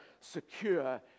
secure